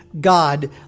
God